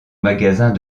magasin